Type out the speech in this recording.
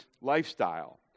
lifestyle